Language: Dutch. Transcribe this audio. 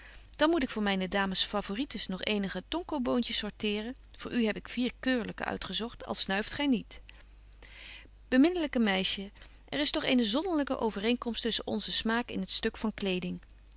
dan moet ik voor myne dames favorites nog eenige tonco boontjes sorteeren voor u heb ik vier keurlyke uitgezogt al snuift gy niet betje wolff en aagje deken historie van mejuffrouw sara burgerhart beminnelyk meisje er is toch eene zonderlinge overeenkomst tusschen onzen smaak in het stuk van kleding